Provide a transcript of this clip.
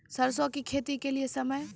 सरसों की खेती के लिए समय?